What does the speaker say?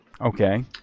Okay